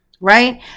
Right